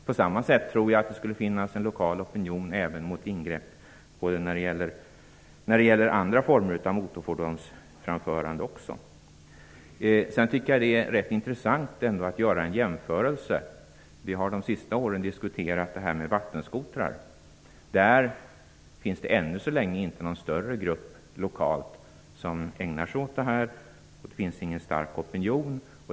På samma sätt tror jag att det skulle finnas en lokal opinion även när det gäller ingrepp mot andra former av motorfordonsframförande. Det är ganska intressant att göra en jämförelse. Under de senaste åren har vi diskuterat vattenskotrar. Det finns än så länge inte någon större grupp lokalt som ägnar sig åt detta. Det finns ingen stark opinion.